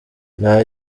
nta